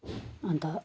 अन्त